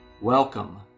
Welcome